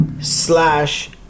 slash